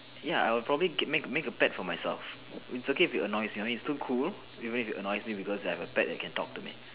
ya I will probably get make a make a pet for myself it's okay if it annoys me it's still cool even if it annoys me because I have a pet that can talk to me